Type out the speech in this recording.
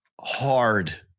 hard